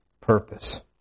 purpose